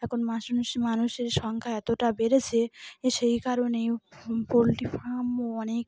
এখন মাসুস মানুষের সংখ্যা এতটা বেড়েছে এ সেই কারণেই পোলট্রি ফার্মও অনেক